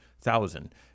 thousand